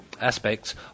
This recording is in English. aspects